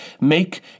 make